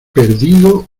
perdido